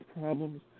problems